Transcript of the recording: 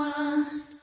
one